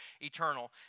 eternal